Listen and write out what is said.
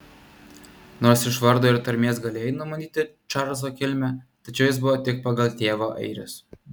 nors iš vardo ir tarmės galėjai numanyti čarlzo kilmę tačiau jis buvo tik pagal tėvą airis